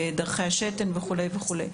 דרכי השתן וכו'.